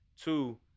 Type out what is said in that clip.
Two